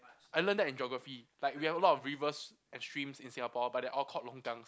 I learnt that in geography like we have a lot of rivers and streams in Singapore but they're all called longkangs